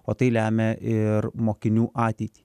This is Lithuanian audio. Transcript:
o tai lemia ir mokinių ateitį